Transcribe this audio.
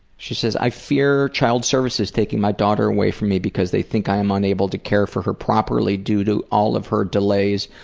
she says i fear child services taking my daughter away from me because they think i am unable to care for her properly due to all of her delays,